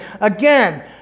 Again